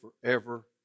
forever